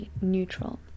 neutral